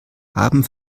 haben